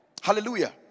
Hallelujah